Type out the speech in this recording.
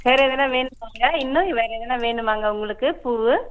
வேற எதுனா வேணுமாங்க இன்னும் வேற எதுனா வேணுமாங்க உங்களுக்கு பூ